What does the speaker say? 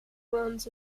runs